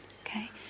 Okay